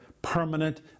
permanent